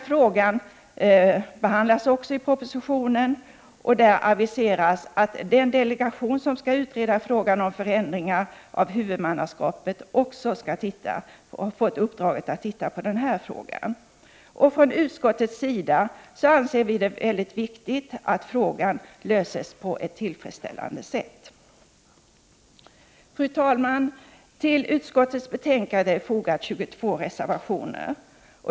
Frågan behandlas också i propositionen, och där aviseras att den delegation som skall utreda frågan om förändringar av huvudmannaskapet också skall få i uppdrag att se på den här frågan. Från utskottets sida anser vi det mycket viktigt att den här frågan löses på ett tillfredsställande sätt. Fru talman! Till utskottets betänkande är fogade 22 reservationer.